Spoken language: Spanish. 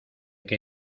que